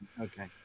Okay